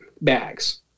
bags